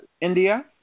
India